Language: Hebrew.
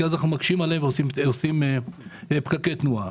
אחרת אנחנו מקשים עליהם ויוצרים פקקי תנועה.